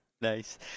Nice